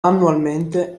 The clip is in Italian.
annualmente